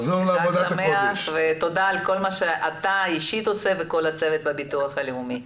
חג שמח ותודה על כל מה שאתה עושה באופן אישי ולכל הצוות בביטוח הלאומי.